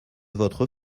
votre